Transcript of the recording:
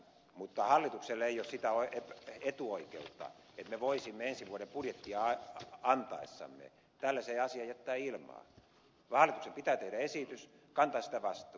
mutta hallituksella ei ole sitä etuoikeutta että me voisimme ensi vuoden budjettia antaessamme tällaisen asian jättää ilmaan vaan hallituksen pitää tehdä esitys kantaa siitä vastuu